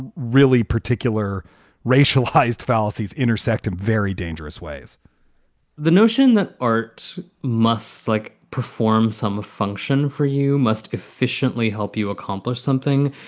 ah really particular racialized fallacies intersect in very dangerous ways the notion that art must, like, perform some function for you must efficiently help you accomplish something.